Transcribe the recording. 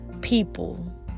people